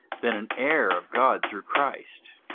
then an heir of god through christ.